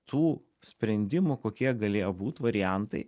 tų sprendimų kokie galėjo būt variantai